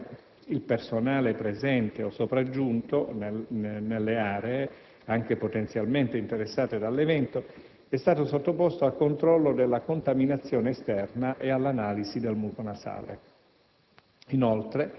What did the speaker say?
In particolare, il personale presente o sopraggiunto nelle aree, anche potenzialmente interessate dall'evento, è stato sottoposto al controllo della contaminazione esterna e all'analisi del muco nasale.